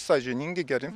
sąžiningi geri